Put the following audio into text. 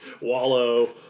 Wallow